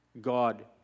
God